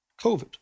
COVID